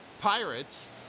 pirates